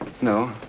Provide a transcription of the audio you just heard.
No